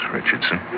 Richardson